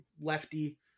lefty